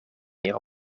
meer